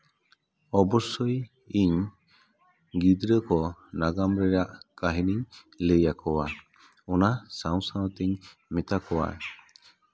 ᱚᱵᱚᱥᱽᱥᱳᱭ ᱤᱧ ᱜᱤᱫᱽᱨᱟᱹ ᱠᱚ ᱱᱟᱜᱟᱢ ᱨᱮᱭᱟᱜ ᱠᱟᱹᱦᱱᱤᱧ ᱞᱟᱹᱭ ᱟᱠᱚᱣᱟ ᱚᱱᱟ ᱥᱟᱶ ᱥᱟᱶ ᱛᱤᱧ ᱢᱮᱛᱟ ᱠᱚᱣᱟ